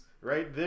right